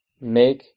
make